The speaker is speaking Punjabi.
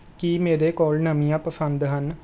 ਕੀ ਮੇਰੇ ਕੋਲ ਨਵੀਆਂ ਪਸੰਦ ਹਨ